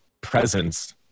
presence